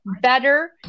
better